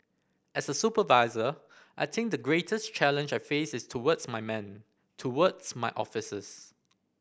as a supervisor I think the greatest challenge I face is towards my men towards my officers